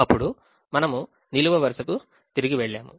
అప్పుడు మనము నిలువు వరుసకు తిరిగి వెళ్ళాము